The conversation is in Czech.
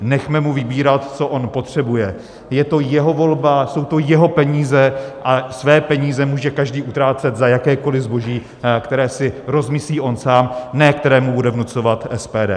Nechme mu vybírat, co on potřebuje, je to jeho volba, jsou to jeho peníze a své peníze může každý utrácet za jakékoliv zboží, který si rozmyslí on sám, ne které mu bude vnucovat SPD.